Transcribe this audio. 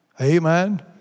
Amen